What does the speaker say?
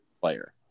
player